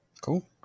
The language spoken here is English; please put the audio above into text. cool